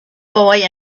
boy